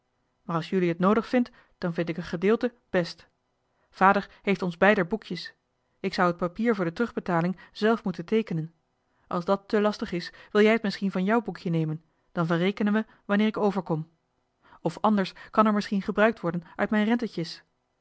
maar als jullie het noodig vindt dan vind ik een gedeelte best vader heeft ons beider boekjes ik zou het papier voor de terugbetaling zelf moeten teekenen als dat te lastig is wil jij het misschien van jou boekje nemen dan verrekenen we wanneer ik overkom of anders kan er misschien gebruikt worden uit mijn